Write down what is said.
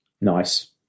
Nice